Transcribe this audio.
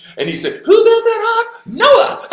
and he said, who built that ark? noah!